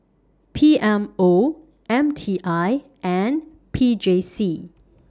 P M O M T I and P J C